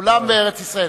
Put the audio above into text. כולם בארץ-ישראל.